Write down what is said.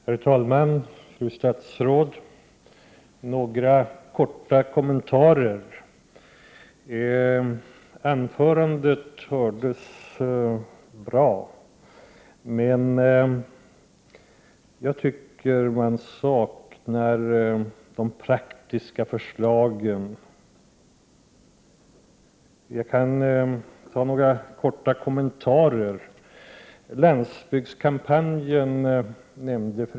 Herr talman, fru statsråd! Jag vill göra några korta kommentarer. Statsrådets anförande hördes bra, men jag saknade praktiska förslag. Jag kan ge några exempel. Fru Thalén nämnde landsbygdskampanjen.